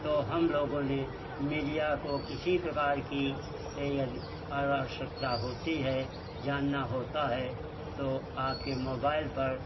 तो हम लोगों ने मीडिया को किसी प्रकार की यदि आवश्यकता होती है जानना होता है तो आपके मोबाइल पर